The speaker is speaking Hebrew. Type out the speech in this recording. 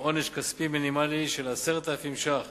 עם עונש כספי מינימלי של 10,000 ש"ח